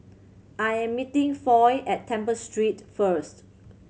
I am meeting Foy at Temple Street first